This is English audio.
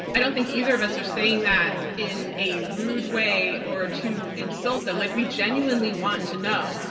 i don't think either of us are saying that in a rude way or to insult them like we genuinely want to know.